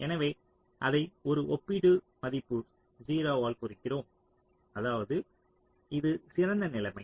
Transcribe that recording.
எனவே அதை ஒரு ஒப்பீட்டு மதிப்பு 0 ஆல் குறிக்கிறோம் அதாவது இது சிறந்த நிலைமை